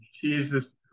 Jesus